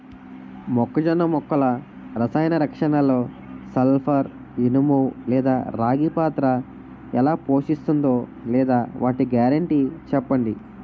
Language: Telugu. మొక్కజొన్న మొక్కల రసాయన రక్షణలో సల్పర్, ఇనుము లేదా రాగి పాత్ర ఎలా పోషిస్తుందో లేదా వాటి గ్యారంటీ చెప్పండి